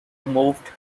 moved